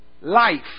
Life